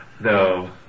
No